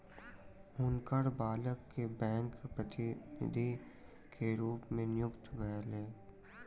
हुनकर बालक के बैंक प्रतिनिधि के रूप में नियुक्ति भेलैन